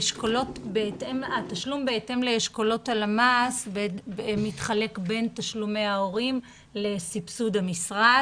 התשלום בהתאם לאשכולות הלמ"ס מתחלק בין תשלומי ההורים לסבסוד המשרד.